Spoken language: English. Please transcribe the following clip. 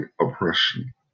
oppression